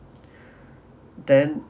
then